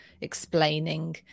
explaining